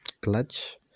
clutch